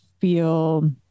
feel